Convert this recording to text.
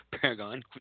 Paragon